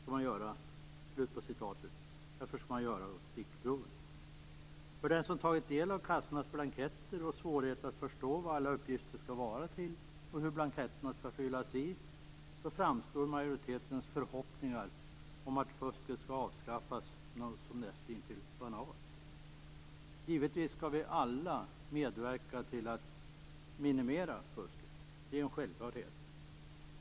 Det är alltså därför man skall göra stickproven. För den som tagit del av kassornas blanketter, svårigheterna att förstå vad alla uppgifterna skall användas till och hur blanketterna skall fyllas i framstår majoritetens förhoppningar om att fusket skall avskaffas som nästintill banala. Givetvis skall vi alla medverka till att minimera fusket. Det är en självklarhet. Fru talman!